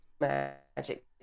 magic